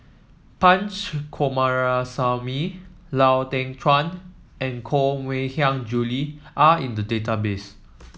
Punch Coomaraswamy Lau Teng Chuan and Koh Mui Hiang Julie are in the database